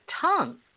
tongue